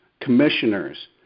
commissioners